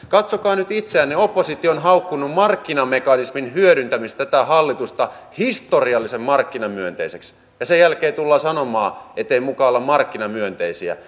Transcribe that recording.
katsokaa nyt itseänne oppositio on haukkunut markkinamekanismin hyödyntämisestä tätä hallitusta historiallisen markkinamyönteiseksi ja sen jälkeen tullaan sanomaan ettei muka olla markkinamyönteisiä